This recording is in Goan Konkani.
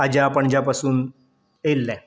आज्या पणज्या पासून येयल्लें